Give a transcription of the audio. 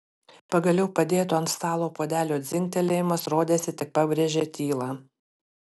pagaliau padėto ant stalo puodelio dzingtelėjimas rodėsi tik pabrėžė tylą